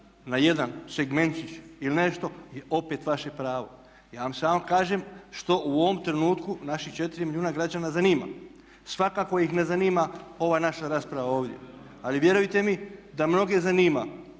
na jedan segmentić ili nešto je opet vaše pravo. Ja vam samo kažem što u ovom trenutku naših 4 milijuna građana zanima. Svakako ih ne zanima ova naša rasprava ovdje, ali vjerujte mi da mnoge zanima